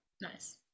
nice